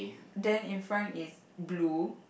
then in front is blue